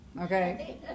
Okay